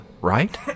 right